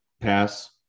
pass